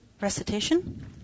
recitation